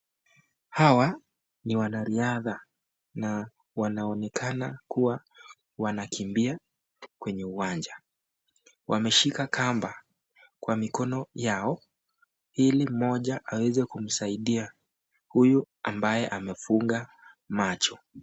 Hawa ni wanariadha na wanaonekana kuwa wanakimbia kwenye uwanja ,wameshika kamba kwa mikono yao ili mmoja aweze kumsaidia huyu ambaye amefunga macho.